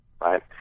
right